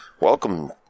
Welcome